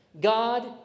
God